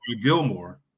Gilmore